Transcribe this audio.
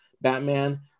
Batman